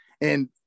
And-